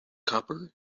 copper